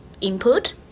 input